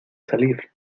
salir